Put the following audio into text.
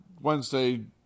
Wednesday